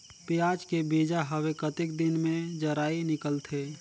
पियाज के बीजा हवे कतेक दिन मे जराई निकलथे?